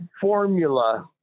formula